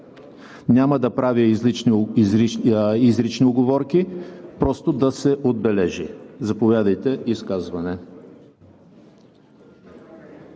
Няма да правя изрични уговорки, просто да се отбележи. Заповядайте за изказване.